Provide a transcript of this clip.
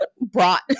brought